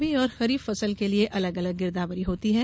रबी और खरीफ फसल के लिये अलग अलग गिरदावरी होती है